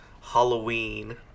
Halloween